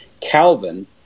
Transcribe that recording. Calvin